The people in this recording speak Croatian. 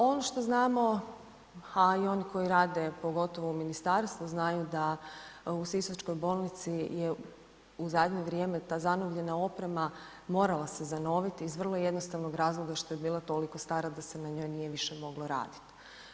Ono što znamo, a i oni koji rade pogotovo u ministarstvu znaju da u Sisačkoj bolnici u zadnje vrijeme ta zanovljena oprema morala se zanoviti iz vrlo jednostavnog razloga što je bila toliko stara da se na njoj nije moglo više raditi.